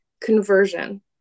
conversion